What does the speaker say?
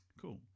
cool